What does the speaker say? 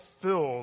filled